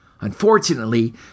Unfortunately